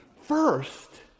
First